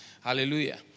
Hallelujah